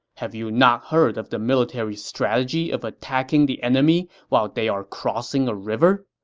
have you not heard of the military strategy of attacking the enemy while they are crossing a river?